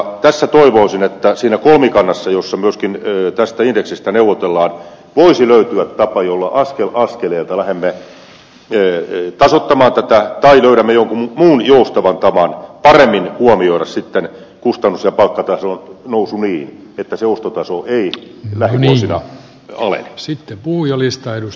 tässä toivoisin että siinä kolmikannassa jossa myöskin tästä indeksistä neuvotellaan voisi löytyä tapa jolla askel askeleelta lähdemme tasoittamaan tätä tai löydämme jonkun muun joustavan tavan paremmin huomioida sitten kustannus ja palkkatason nousu niin että se uhkaa suuri määrä niitä ole ostotaso ei lähivuosina alene